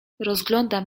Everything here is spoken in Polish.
rozglądam